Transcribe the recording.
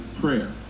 prayer